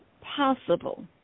possible